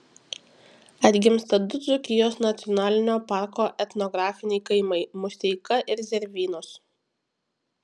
atgimsta du dzūkijos nacionalinio parko etnografiniai kaimai musteika ir zervynos